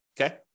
okay